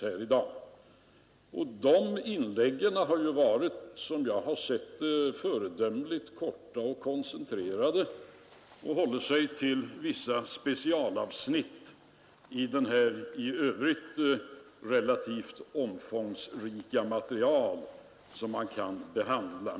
Deras inlägg har varit föredömligt korta och koncentrerade och hållit sig till vissa speciella avsnitt i det i övrigt relativt omfångsrika material som man kan behandla.